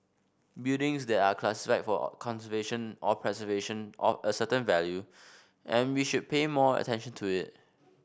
buildings that are classified for conservation or preservation or a certain value and we should pay more attention to it